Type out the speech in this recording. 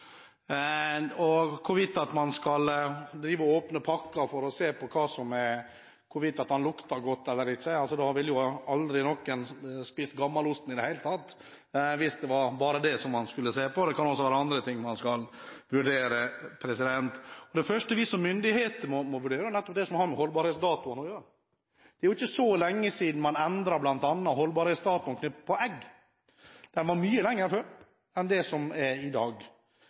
Hvorvidt man skal åpne pakker for å kjenne om de lukter godt eller ikke; hvis det var bare det man skulle se på, ville aldri noen spise gammelost i det hele tatt. Det kan også være andre ting man skal vurdere. Det første vi som myndigheter må vurdere, er nettopp det som har med holdbarhetsdatoen å gjøre. Det er ikke så lenge siden man endret holdbarhetsdatoen på bl.a. egg. Holdbarheten var mye lengre før enn det den er i dag.